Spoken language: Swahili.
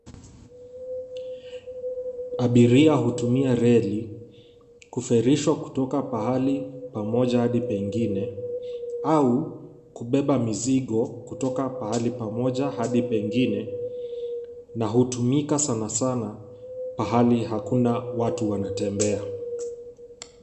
Abiria hutumia reli kuferishwa kutoka pahali pamoja hadi pengine au kubeba mizigo kutoka pahali pamoja hadi pengine na hutumika sana sana pahali hakuna watu wanatembea.